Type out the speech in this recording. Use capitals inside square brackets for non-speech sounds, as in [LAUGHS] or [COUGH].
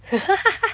[LAUGHS]